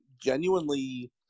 genuinely